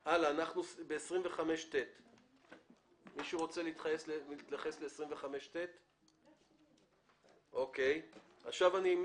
אנחנו בסעיף 25ט. יש הערות?